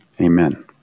Amen